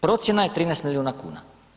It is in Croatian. Procjena je 13 milijuna kuna.